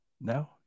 No